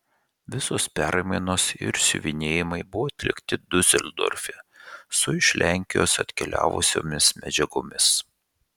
visos permainos ir siuvinėjimai buvo atlikti diuseldorfe su iš lenkijos atkeliavusiomis medžiagomis